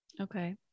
Okay